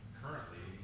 currently